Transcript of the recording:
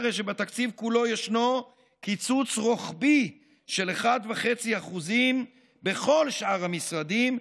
הרי שבתקציב כולו ישנו קיצוץ רוחבי של 1.5% בכל שאר המשרדים,